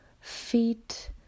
feet